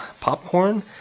Popcorn